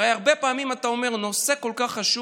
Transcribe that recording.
הרי הרבה פעמים אתה אומר: נושא כל כך חשוב